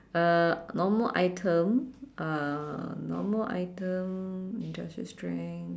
uh normal item uh normal item industrial strength